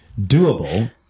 doable